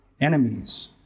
enemies